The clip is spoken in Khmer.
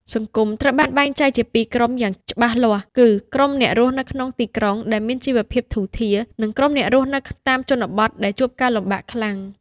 សង្គមត្រូវបានបែងចែកជាពីរក្រុមយ៉ាងច្បាស់លាស់ គឺក្រុមអ្នករស់នៅក្នុងទីក្រុងដែលមានជីវភាពធូរធារ និងក្រុមអ្នករស់នៅតាមជនបទដែលជួបការលំបាកខ្លាំង។